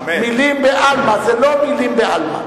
זה לא מלים בעלמא.